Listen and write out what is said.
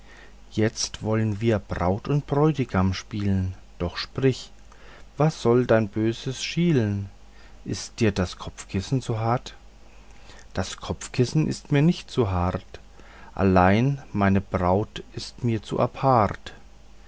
jetzt wollen wir braut und bräutigam spielen doch sprich was soll dein böses schielen ist dir das kopfkissenchen zu hart das kopfkissenchen ist mir nicht zu hart allein meine braut ist mir zu apart